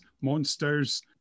monsters